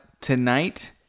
tonight